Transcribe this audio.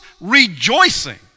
rejoicing